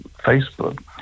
Facebook